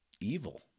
evil